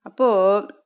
Apo